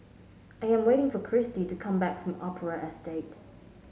I am waiting for Kristy to come back from Opera Estate